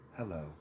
Hello